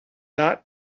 not